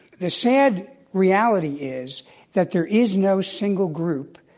the sad reality is that there is no single group,